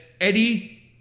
Eddie